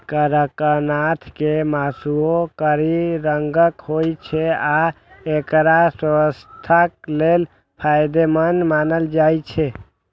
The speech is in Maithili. कड़कनाथ के मासुओ कारी रंगक होइ छै आ एकरा स्वास्थ्यक लेल फायदेमंद मानल जाइ छै